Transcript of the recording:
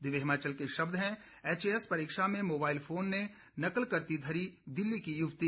दिव्य हिमाचल के शब्द हैं एचएएस परीक्षा में मोबाइल फोन से नकल करती धरी दिल्ली की युवती